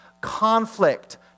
conflict